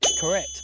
Correct